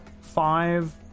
five